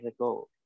ago